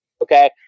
Okay